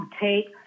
take